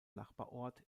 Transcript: nachbarort